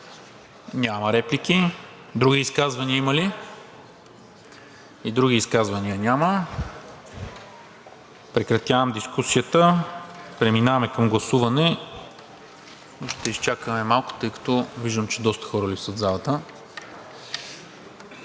Няма. Други изказвания има ли? Няма. Прекратявам дискусията. Преминаваме към гласуване. Ще изчакаме малко, тъй като виждам, че доста хора липсват в залата.